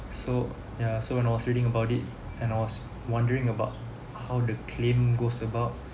so ya so when I was reading about it and I was wondering about how the claim goes about